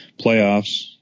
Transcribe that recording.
playoffs